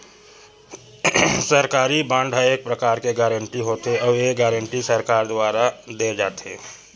सरकारी बांड ह एक परकार के गारंटी होथे, अउ ये गारंटी सरकार दुवार देय जाथे